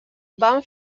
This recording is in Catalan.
van